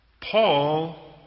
Paul